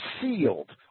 sealed